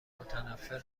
متنفر